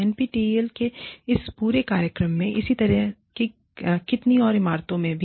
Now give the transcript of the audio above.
NPTEL के इस पूरे कार्यक्रम में इसी तरह की कितनी और इमारतों में भी